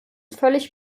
völlig